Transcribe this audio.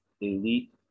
elite